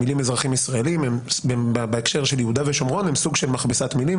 המילים אזרחים ישראלים בהקשר של יהודה ושומרון הם סוג של מכבסת מילים,